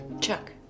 Chuck